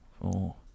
four